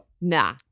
Nah